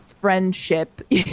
friendship